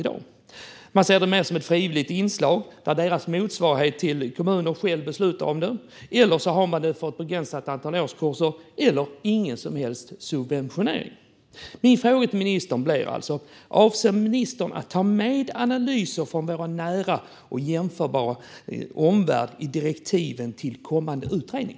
De ser det mer som ett frivilligt inslag där deras motsvarighet till kommuner själva beslutar om det eller så har de det för ett begränsat antal årskurser eller har inte någon som helst subventionering. Avser ministern att ta med analyser från vår nära och jämförbara omvärld i direktiven till kommande utredning?